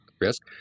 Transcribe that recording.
risk